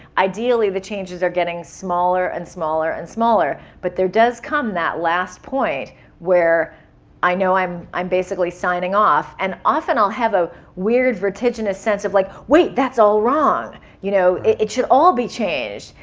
ideally, the changes are getting smaller and smaller and smaller. but there does come that last point where i know i'm i'm basically signing off. and often, i'll have a weird vertiginous sense of, like wait, that's all wrong. you know it should all be changed.